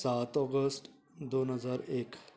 सात ऑगस्ट दोन हजार एक